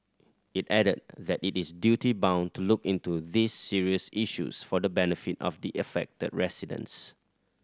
it added that it is duty bound to look into these serious issues for the benefit of the affected residents